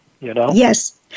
Yes